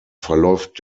verläuft